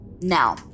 now